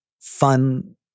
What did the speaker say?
fun